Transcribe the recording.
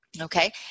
Okay